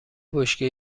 بشکه